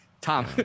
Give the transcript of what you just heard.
Tom